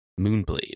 Moonblade